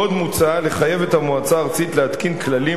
עוד מוצע לחייב את המועצה הארצית להתקין כללים